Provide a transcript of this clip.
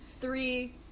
Three